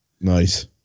Nice